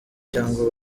cyangwa